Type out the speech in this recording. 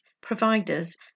providers